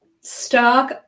Stock